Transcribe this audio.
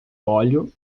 óleo